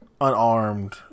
unarmed